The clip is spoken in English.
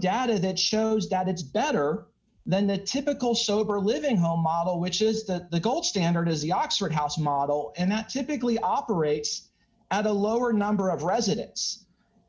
data that shows that it's better than the typical sober living home model which is the gold standard is the oxford house model and that typically operates at a lower number of residents